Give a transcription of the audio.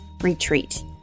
retreat